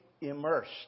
immersed